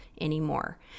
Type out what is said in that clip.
anymore